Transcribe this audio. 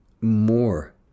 more